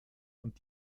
und